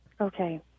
Okay